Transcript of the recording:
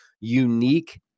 unique